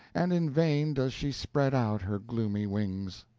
and in vain does she spread out her gloomy wings.